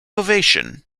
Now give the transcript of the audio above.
ovation